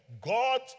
God